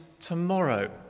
tomorrow